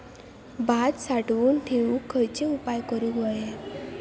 भात साठवून ठेवूक खयचे उपाय करूक व्हये?